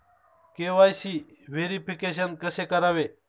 KYC verification कसे करावे?